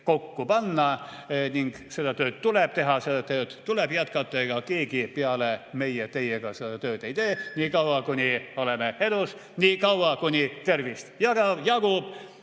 kokku panna. Seda tööd tuleb teha, seda tööd tuleb jätkata. Ega keegi peale meie seda tööd ei tee, niikaua, kuni oleme elus, niikaua, kuni tervist jagub.